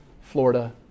florida